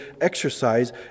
exercise